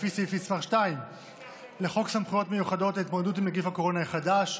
לפי סעיף מס' 2 לחוק סמכויות מיוחדות (התמודדות עם נגיף הקורונה החדש),